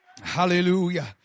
Hallelujah